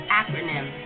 acronym